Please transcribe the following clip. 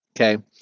Okay